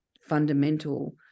fundamental